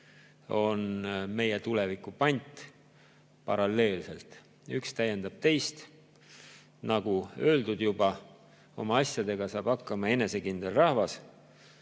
on meie tuleviku pant paralleelselt, üks täiendab teist. Nagu juba öeldud, oma asjadega saab hakkama enesekindel rahvas.